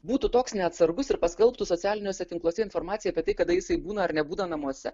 būtų toks neatsargus ir paskelbtų socialiniuose tinkluose informaciją apie tai kada jisai būna ar nebūna namuose